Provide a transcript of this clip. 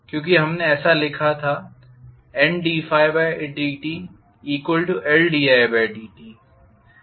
क्योंकि हमने ऐसा लिखा था NddtLdidt